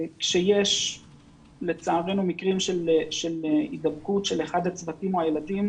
כאשר לצערנו יש מקרים של הידבקות של אחד מהצוותים או הילדים,